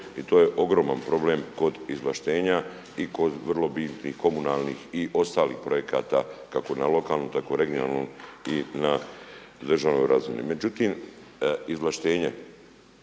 i to je ogroman problem kod izvlaštenja i kod vrlo bitnih komunalnih i ostalih projekata kako na lokalnoj tako i na regionalnoj razini i na državnoj razini. Međutim izvlaštenje